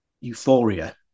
euphoria